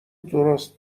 درست